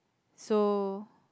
so